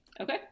Okay